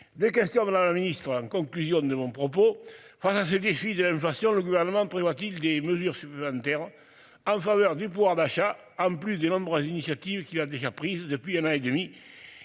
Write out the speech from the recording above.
Des questions, voilà le ministre en conclusion de mon propos. Face à ce défi de l'inflation, le gouvernement prévoit-t-il des mesures supplémentaires. En faveur du pouvoir d'achat en plus des nombreuses initiatives qu'il a déjà prise depuis un an et demi